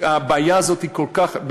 הבעיה הזו היא כל כך,